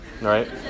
right